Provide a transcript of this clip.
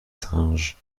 singes